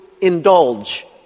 indulge